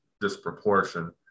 disproportion